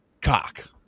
cock